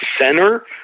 center